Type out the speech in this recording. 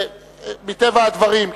מטבע הדברים,